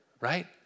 right